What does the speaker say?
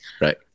right